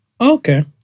Okay